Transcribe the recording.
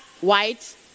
white